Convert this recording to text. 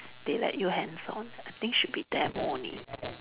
they let you hands on I think should be demo only